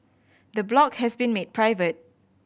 the blog has been made private